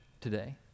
today